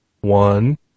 One